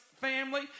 family